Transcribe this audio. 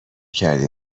کردی